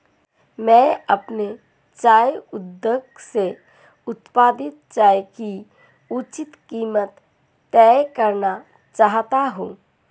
मैं अपने चाय उद्योग से उत्पादित चाय की उचित कीमत तय करना चाहता हूं